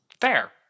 Fair